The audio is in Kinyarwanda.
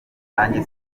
najye